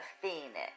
phoenix